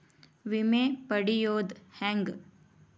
ವಿಮೆ ಪಡಿಯೋದ ಹೆಂಗ್?